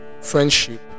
friendship